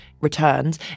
returns